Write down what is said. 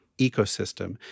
ecosystem